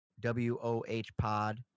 WOHpod